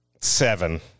Seven